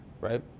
right